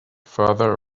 farther